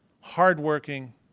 hardworking